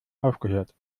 aufgehört